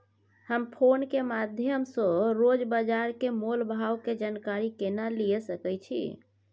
हम फोन के माध्यम सो रोज बाजार के मोल भाव के जानकारी केना लिए सके छी?